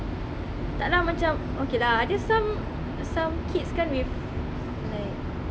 tak lah macam okay lah ada some some kids kan with like